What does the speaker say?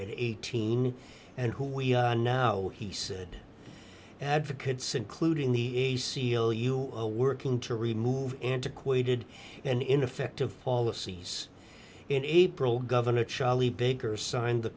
eighteen and who we are now he said advocates including the a c l u a working to remove antiquated and ineffective policies in april governor charlie baker signed the